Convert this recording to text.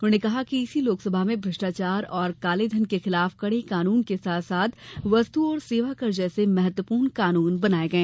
उन्होंने कहा कि इसी लोकसभा में भ्रष्टाचार और काले धन के खिलाफ कड़े कानून के साथ साथ वस्तु और सेवा कर जैसे महत्वापूर्ण कानून बनाए गए